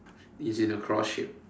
it's in a cross shape